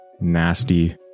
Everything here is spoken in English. nasty